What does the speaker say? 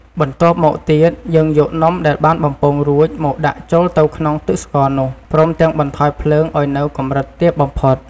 បន្ទាប់មកទៀត យើងយកនំដែលបានបំពងរួចមកដាក់ចូលទៅក្នុងទឹកស្ករនោះ ព្រមទាំងបន្ថយភ្លើងឱ្យនៅកម្រិតទាបបំផុត។